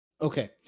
okay